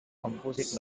composite